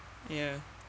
yeah